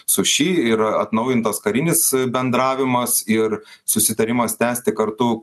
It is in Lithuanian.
su ši ir atnaujintas karinis bendravimas ir susitarimas tęsti kartu